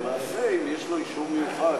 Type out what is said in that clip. במעשה, אם יש לו אישור מיוחד.